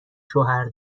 شوهر